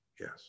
yes